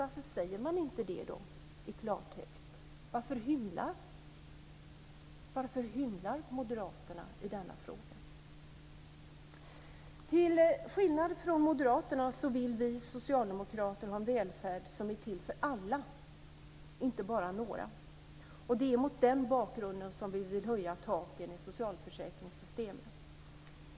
Varför säger man då inte det i klartext? Varför hymlar moderaterna i denna fråga? Till skillnad från moderaterna vill vi socialdemokrater ha en välfärd som är till för alla, inte bara för några, och det är mot den bakgrunden som vi vill höja taken i socialförsäkringssystemen.